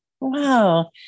Wow